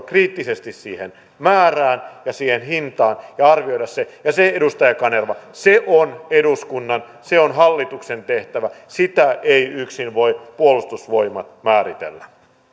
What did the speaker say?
kriittisesti siihen määrään ja siihen hintaan ja arvioida se ja se edustaja kanerva on eduskunnan se on hallituksen tehtävä sitä ei yksin voi puolustusvoimat määritellä